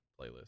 playlist